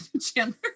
Chandler